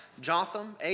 Jotham